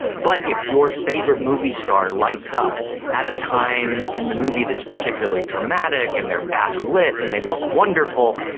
but if your favourite movie star lights up at a time in the movie that's particularly dramatic and they are backlit and they look wonderful,